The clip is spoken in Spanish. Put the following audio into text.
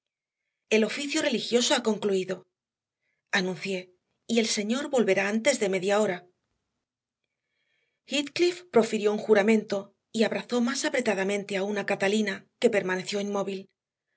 el oficio religioso ha concluido anuncié y el señor volverá antes de media hora heathcliff profirió un juramento y abrazó más apretadamente aún a catalina que permaneció inmóvil